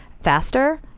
faster